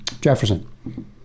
Jefferson